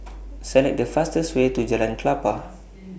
Select The fastest Way to Jalan Klapa